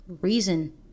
reason